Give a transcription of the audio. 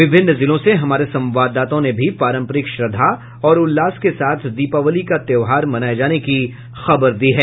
विभिन्न जिलों से हमारे संवाददाताओं ने भी पारंपरिक श्रद्धा और उल्लास के साथ दीपावली का त्यौहार मनाये जाने की खबर दी है